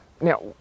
Now